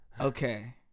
Okay